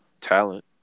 talent